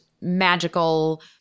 magical